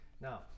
Now